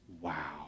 wow